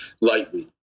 lightly